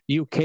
UK